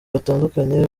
batandukanye